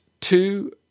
two